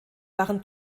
waren